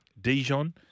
Dijon